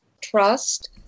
Trust